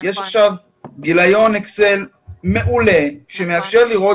יש עכשיו גיליון אקסל מעולה שמאפשר לראות